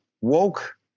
woke